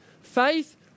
Faith